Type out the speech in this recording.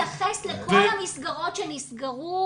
נתייחס לכל המסגרות שנסגרו,